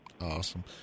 Awesome